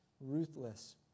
ruthless